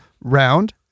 round